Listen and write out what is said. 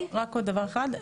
עוד דבר אחד.